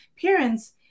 parents